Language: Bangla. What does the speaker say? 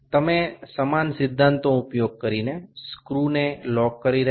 আপনি একই নীতিটি ব্যবহার করে স্ক্রুগুলি আঁটকে দিচ্ছেন